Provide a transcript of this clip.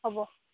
হ'ব